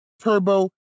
Turbo